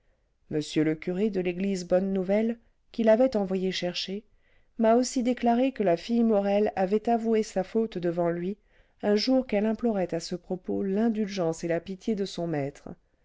m le curé de l'église bonne-nouvelle qu'il avait envoyé chercher m'a aussi déclaré que la fille morel avait avoué sa faute devant lui un jour qu'elle implorait à ce propos l'indulgence et la pitié de son maître